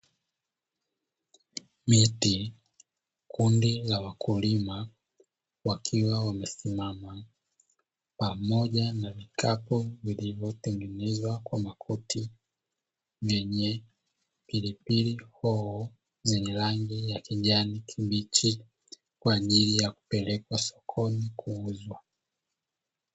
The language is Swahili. Miti, kundi la wakulima wakiwa wamesimama pamoja na vikapu vilivyotengenezwa kwa makuti, vyenye pilipili hoho zenye rangi ya kijani kibichi, kwa ajili ya kupelekwa sokoni kuuzwa.